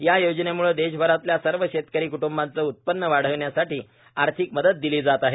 या योजनेम्ळे देशभरातल्या सर्व शेतकरी क्ट्ंबांचे उत्पन्न वाढण्यासाठी आर्थिक मदत दिली जात आहे